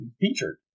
featured